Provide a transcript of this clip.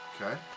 Okay